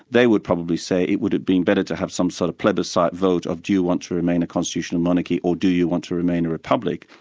they would probably say it would have been better to have some sort of plebiscite vote of do you want to remain a constitutional monarchy or do you want to remain a republic?